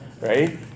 right